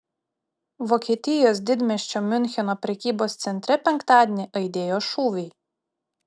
vokietijos didmiesčio miuncheno prekybos centre penktadienį aidėjo šūviai